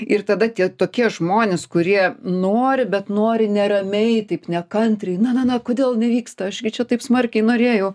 ir tada tie tokie žmonės kurie nori bet nori neramiai taip nekantriai na na na kodėl nevyksta aš gi čia taip smarkiai norėjau